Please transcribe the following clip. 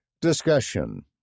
Discussion